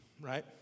right